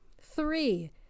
Three